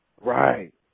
Right